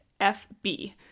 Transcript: FB